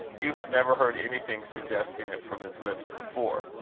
hugh had never heard anything suggesting it from his lips before.